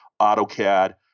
AutoCAD